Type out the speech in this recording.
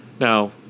Now